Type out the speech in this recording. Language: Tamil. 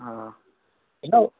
ஆ என்ன